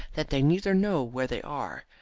that they neither know where they are,